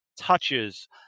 touches